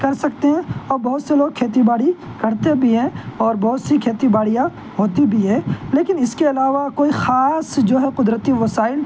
کر سکتے ہیں اور بہت سے لوگ کھیتی باڑی کرتے بھی ہیں اور بہت سی کھیتی باڑیاں ہوتی بھی ہے لیکن اس کے علاوہ کوئی خاص جو ہے قدرتی وسائل